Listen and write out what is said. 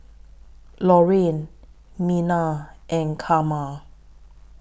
Loraine Merna and Karma